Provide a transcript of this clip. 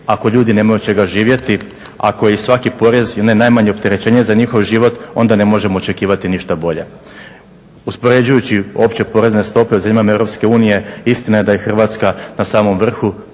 ako ljudi nemaju od čega živjeti, ako i svaki porez i onaj najmanji opterećenje za njihov život onda ne možemo očekivati ništa bolje. Uspoređujući opće porezne stope u zemljama Europske unije istina je da je Hrvatska na samom vrhu.